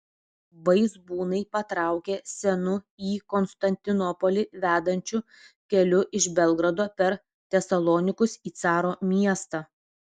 vaizbūnai patraukė senu į konstantinopolį vedančiu keliu iš belgrado per tesalonikus į caro miestą